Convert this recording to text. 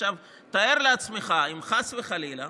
עכשיו תאר לעצמך, אם חס וחלילה